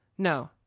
No